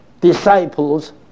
disciples